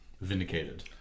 vindicated